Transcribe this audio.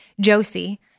Josie